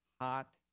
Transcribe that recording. hot